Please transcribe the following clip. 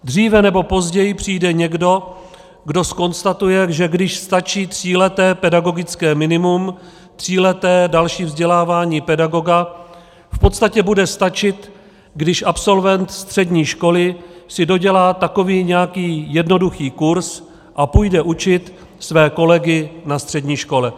Dříve nebo později přijde někdo, kdo zkonstatuje, že když stačí tříleté pedagogické minimum, tříleté další vzdělávání pedagoga, v podstatě bude stačit, když absolvent střední školy si dodělá takový nějaký jednoduchý kurz a půjde učit své kolegy na střední škole.